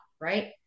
right